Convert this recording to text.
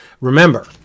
remember